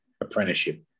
apprenticeship